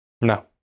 No